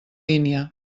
línia